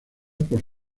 por